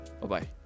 Bye-bye